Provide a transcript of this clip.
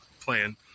plan